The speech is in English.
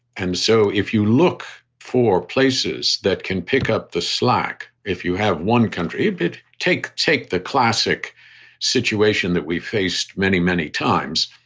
and so if you look for places that can pick up the slack if you have one country, but take take the classic situation that we faced many, many times,